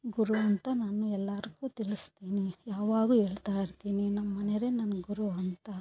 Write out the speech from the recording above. ಗುರು ಅಂತ ನಾನು ಎಲ್ಲರಿಗು ತಿಳಿಸ್ತಿನಿ ಯಾವಾಗು ಹೇಳ್ತಾ ಇರ್ತಿನಿ ನಮ್ಮಮನೇವ್ರೆ ನನ್ಗೆ ಗುರು ಅಂತ